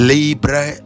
Libre